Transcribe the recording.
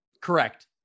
Correct